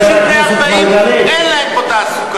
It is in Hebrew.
אנשים בני 40, אין להם פה תעסוקה.